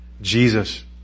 Jesus